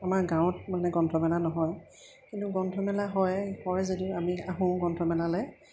আমাৰ গাঁৱত মানে গ্ৰন্থমেলা নহয় কিন্তু গ্ৰন্থমেলা হয় যদিও আমি আহোঁ গ্ৰন্থমেলালৈ